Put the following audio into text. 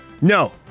No